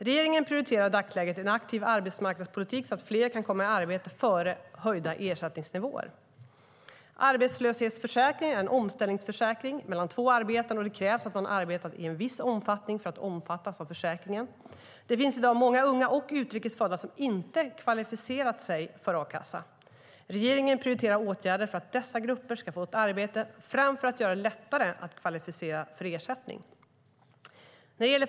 Regeringen prioriterar i dagsläget en aktiv arbetsmarknadspolitik så att fler kan komma i arbete före höjda ersättningsnivåer. Arbetslöshetsförsäkringen är en omställningsförsäkring mellan två arbeten. Det krävs att man har arbetat i en viss omfattning för att omfattas av försäkringen. Det finns i dag många unga och utrikes födda som inte har kvalificerat sig för a-kassa. Regeringen prioriterar åtgärder för att dessa grupper ska få ett arbete framför att göra det lättare att kvalificera sig för ersättning.